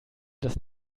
das